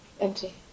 Empty